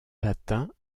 latin